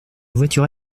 voiture